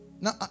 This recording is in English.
Now